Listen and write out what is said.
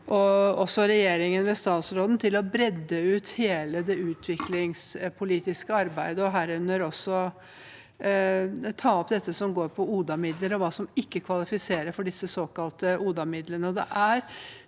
også regjeringen, ved statsråden, til å bredde ut hele det utviklingspolitiske arbeidet, herunder også å ta opp det som går på ODA-midler, og hva som ikke kvalifiserer for disse såkalte ODA-midlene.